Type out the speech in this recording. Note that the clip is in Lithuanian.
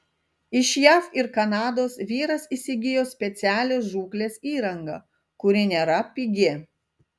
iš jav ir kanados vyras įsigijo specialią žūklės įrangą kuri nėra pigi